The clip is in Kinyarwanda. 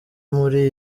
muri